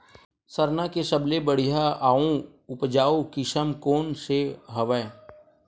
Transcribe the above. सरना के सबले बढ़िया आऊ उपजाऊ किसम कोन से हवय?